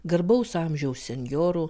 garbaus amžiaus senjorų